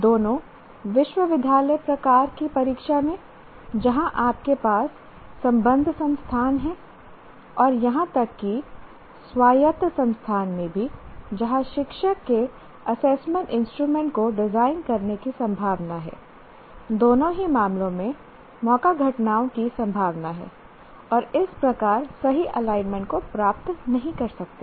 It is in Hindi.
दोनों विश्वविद्यालय प्रकार की परीक्षा में जहां आपके पास संबद्ध संस्थान हैं और यहां तक कि स्वायत्त संस्थान में भी जहां शिक्षक के असेसमेंट इंस्ट्रूमेंट को डिजाइन करने की संभावना है दोनों ही मामलों में मौका घटनाओं की संभावना है और इस प्रकार सही एलाइनमेंट को प्राप्त नहीं कर सकते है